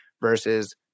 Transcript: versus